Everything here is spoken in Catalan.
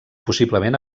possiblement